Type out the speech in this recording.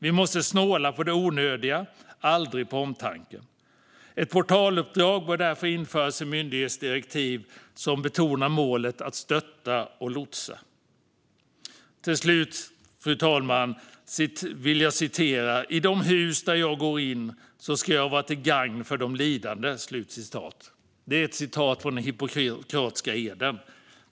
Vi måste snåla på det onödiga men aldrig på omtanken. Ett portaluppdrag bör därför införas i myndigheters direktiv som betonar målet att stötta och lotsa. Till slut ett citat, fru talman: I de hus där jag går in ska jag vara till gagn för de lidande. Det är från den hippokratiska eden.